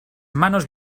manos